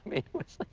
it was